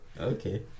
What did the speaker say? Okay